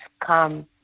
come